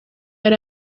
yari